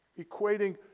equating